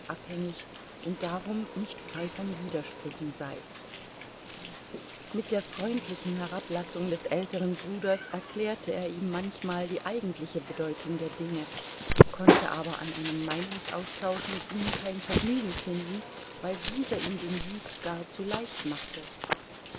und darum nicht frei von widersprüchen sei mit der freundlichen herablassung des älteren bruders erklärte er ihm manchmal die eigentliche bedeutung der dinge konnte aber an einem meinungsaustausch mit ihm kein vergnügen finden weil dieser ihm den sieg gar zu leicht machte